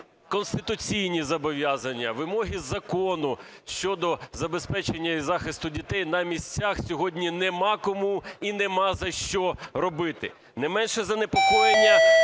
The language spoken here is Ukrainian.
конституційні зобов'язання, вимоги закону щодо забезпечення і захисту дітей на місцях сьогодні немає кому і немає за що робити. Не менше занепокоєння